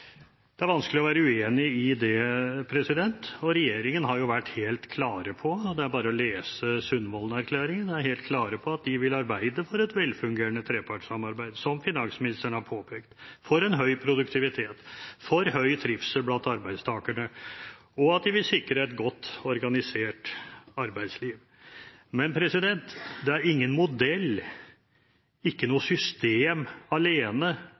Det er vanskelig å være uenig i det, og regjeringen har jo vært helt klar på – det er bare å lese Sundvolden-erklæringen – at den vil arbeide for et velfungerende trepartssamarbeid, som finansministeren har påpekt, for en høy produktivitet, for høy trivsel blant arbeidstakerne og for å sikre et godt organisert arbeidsliv. Men det er ingen modell, ikke noe system alene,